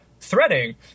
threading